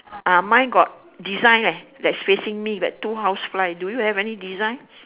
ah mine got design leh facing me like two house fly do you have any design